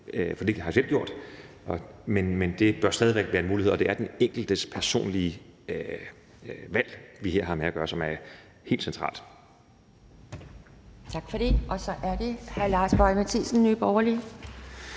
for det har jeg selv gjort, men det bør stadig væk være en mulighed, og det er den enkeltes personlige valg, vi her har med at gøre, som er helt central.